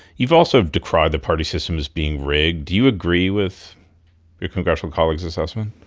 you've also decried the party system as being rigged. do you agree with your congressional colleague's assessment?